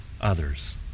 others